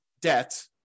debt